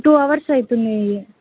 two hours అవుతున్నాయి